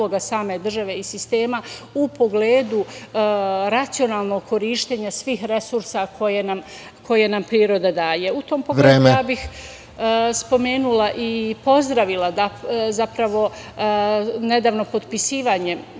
same države i sistema u pogledu racionalnog korišćenja svih resursa koje nam priroda daje.U tom pogledu spomenula i pozdravila, zapravo nedavno potpisivanje